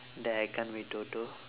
that I can't win toto